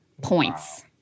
points